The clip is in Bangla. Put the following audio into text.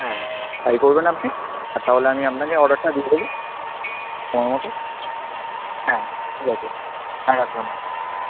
হ্যাঁ তাই করবেন আপনি আর তাহলে আমি আপনাকে অর্ডারটা দিয়ে দেবো সময় মতো হ্যাঁ ঠিক আছে হ্যাঁ রাখলাম